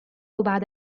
بعد